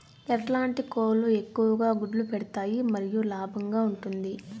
ఎట్లాంటి కోళ్ళు ఎక్కువగా గుడ్లు పెడతాయి మరియు లాభంగా ఉంటుంది?